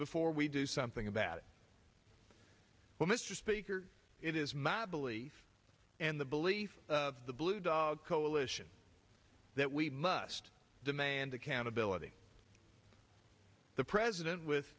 before we do something about it well mr speaker it is my belief and the belief of the blue dog coalition that we must demand accountability the president with